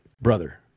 Brother